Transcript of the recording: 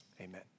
Amen